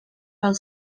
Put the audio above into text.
fel